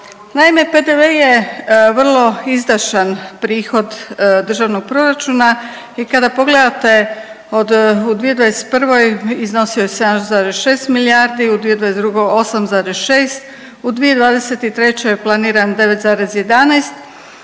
Naime, PDV je vrlo izdašan prihod državnog proračuna i kada pogledate u 2021. iznosio je 7,6 milijardi, u 2022. 8,6, u 2023. je planiran 9,11 itd.